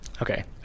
Okay